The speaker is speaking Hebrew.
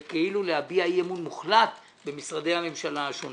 וכאילו להביע אי-אמון מוחלט במשרדי הממשלה השונים.